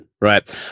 Right